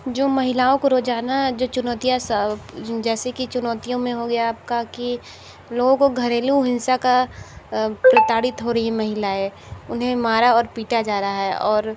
जो महिलाओं को रोज़ाना जो चुनौतियाँ स जैसे कि चुनौतियों में हो गया आपका कि लोग घरेलू हिंसा का प्रताड़ित हो रही हैं महिलाएँ उन्हें मारा और पीटा जा रहा है और